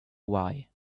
why